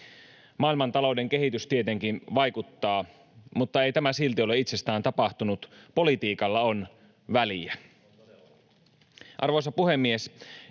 Maailmantalouden kehitys tietenkin vaikuttaa, mutta ei tämä silti ole itsestään tapahtunut. Politiikalla on väliä. [Oikealta: